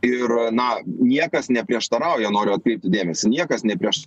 ir na niekas neprieštarauja noriu atkreipti dėmesį niekas neprieš